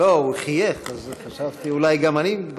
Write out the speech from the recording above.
לא, הוא חייך אז חשבתי שאולי גם אני מתבלבל.